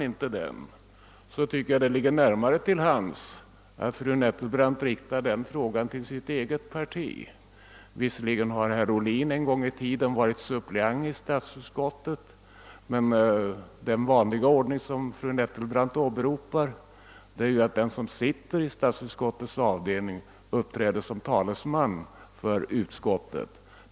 Jag tycker det ligger närmare till hands för fru Nettelbrandt att rikta den frågan till sitt eget parti. Visserligen har herr Ohlin en gång i tiden varit suppleant i statsutskottet, men den vanliga ordning som fru Nettelbrandt åberopade innebär ju att några av partiets representanter inom ifrågavarande avdelning i statsutskottet uppträder som partiets talesman.